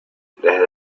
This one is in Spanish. desde